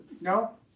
No